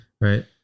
right